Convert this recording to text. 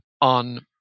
on